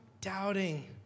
doubting